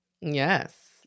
Yes